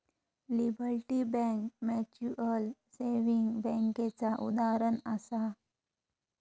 liberty Bank Mutual Saving बैंकेचा उदाहरणं आसा